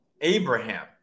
Abraham